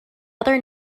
other